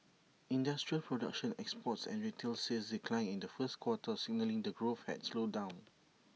industrial production exports and retail sales declined in the first quarter signalling that growth had slowed down